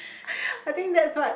I think that's what